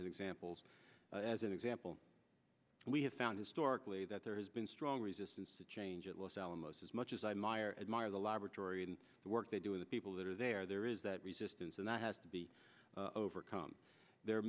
as examples as an example we have found historically that there has been strong resistance to change at los alamos as much as i myer admire the laboratory and the work they do with the people that are there there is that resistance and that has to be overcome the